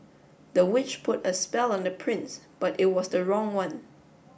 the witch put a spell on the prince but it was the wrong one